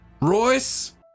Royce